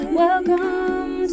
welcome